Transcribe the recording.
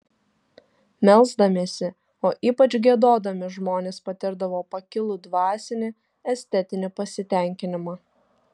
melsdamiesi o ypač giedodami žmonės patirdavo pakilų dvasinį estetinį pasitenkinimą